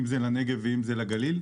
הנגב והגליל.